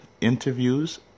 interviews